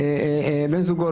בת זוגו,